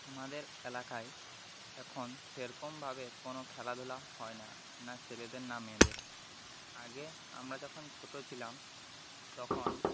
আমাদের এলাকায় এখন সেরকমভাবে কোনও খেলাধুলা হয় না না ছেলেদের না মেয়েদের আগে আমরা যখন ছোটো ছিলাম তখন